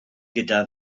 gyda